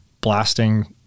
blasting